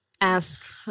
ask